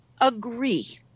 agree